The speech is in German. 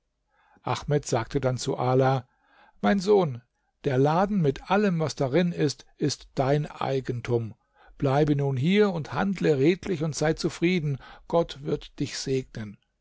ahmed sagte dann zu ala mein sohn der laden mit allem was darin ist ist dein eigentum bleibe nun hier und handle redlich und sei zufrieden gott wird dich segnen